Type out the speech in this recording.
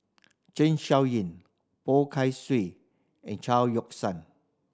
Zeng Shouyin Poh Kay Swee and Chao Yoke San